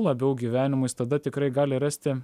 labiau gyvenimu jis tada tikrai gali rasti